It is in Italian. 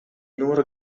numero